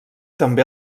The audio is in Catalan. també